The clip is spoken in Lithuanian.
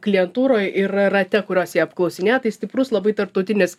klientūroj ir rate kuriuos jie apklausinėja tai stiprus labai tarptautinis